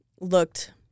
looked